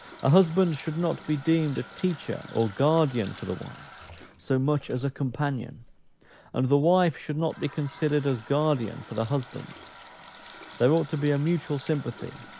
a husband should not be deemed a teacher or guardian for the wife so much as a companion and the wife should not be considered as guardian for the husband there ought to be a mutual sympathy,